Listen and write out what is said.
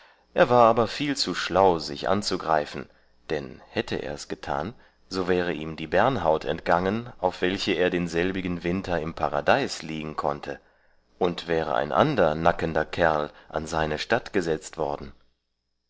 er war aber viel zu schlau sich anzugreifen dann hätte ers getan so wäre ihm die bärnhaut entgangen auf welcher er denselbigen winter im paradeis liegen konnte und wäre ein ander nackender kerl an seine statt gesetzt worden